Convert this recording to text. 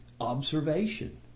observation